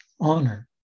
honor